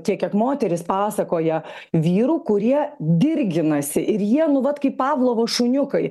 tiek kiek moterys pasakoja vyrų kurie dirginasi ir jie nu vat kaip pavlovo šuniukai